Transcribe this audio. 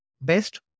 best